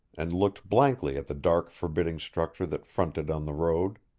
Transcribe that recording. and looked blankly at the dark forbidding structure that fronted on the road.